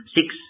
six